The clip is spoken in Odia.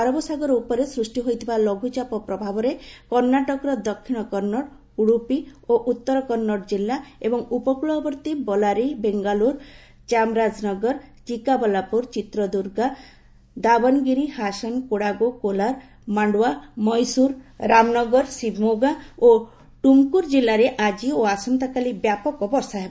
ଆରବ ସାଗର ଉପରେ ସୃଷ୍ଟି ହୋଇଥିବା ଲଘୁଚାପ ପ୍ରବାହରେ କର୍ଣ୍ଣାଟକର ଦକ୍ଷିଣ କର୍ଣ୍ଣଡ୍ ଉଡୁପି ଓ ଉତ୍ତର କର୍ଣ୍ଣଡ୍ ଜିଲା ଏବଂ ଉପକୂଳବର୍ତ୍ତୀ ବଲାରୀ ବେଙ୍ଗାଲୁର୍ ଚାମରାଜନଗର ଚିକାବଲ୍ଲାପୁର ଚିତ୍ରଦୁର୍ଗା ଦାବନଗିରି ହାସନ୍ କୋଡାଗୁ କୋଲାର ମାଣ୍ଡ୍ୟଆ ମଇଶୁରୁ ରାମନଗର ଶିବମୋଗା ଏବଂ ଟୁମୁକୁର ଜିଲ୍ଲାରେ ଆଜି ଓ ଆସନ୍ତାକାଲି ବ୍ୟାପକ ବର୍ଷା ହେବ